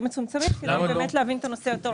מצומצמים כדי להבין את הנושא יותר לעומק.